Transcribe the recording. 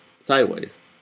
sideways